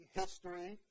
history